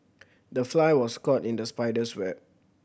the fly was caught in the spider's web